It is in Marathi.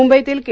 मुंबईतील के